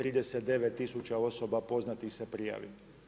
39 tisuća osoba poznatih se prijavi.